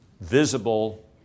visible